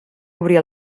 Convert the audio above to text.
obrir